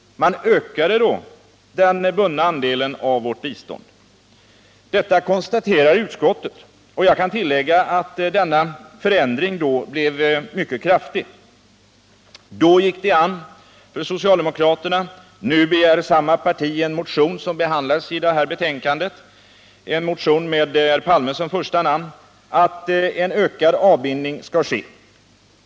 Man ökade då den bundna andelen av vårt bistånd. Detta konstaterar utskottet, och jag kan tillägga att denna förändring blev mycket kraftig. Då gick det an för socialdemokraterna, nu begär samma parti i en motion som behandlas i detta betänkande och som har herr Palme som första namn, att en ökad avbindning skall ske.